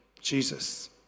Jesus